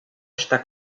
está